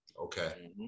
Okay